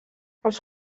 els